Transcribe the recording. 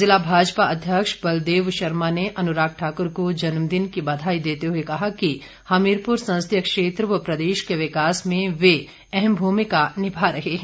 जिला भाजपा अध्यक्ष बलदेव शर्मा ने अनुराग ठाक्र को जन्मदिन की बधाई देते हुए कहा कि हमीरपुर संसदीय क्षेत्र व प्रदेश के विकास में वे अहम भूमिका निभा रहे हैं